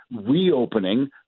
reopening